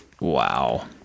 Wow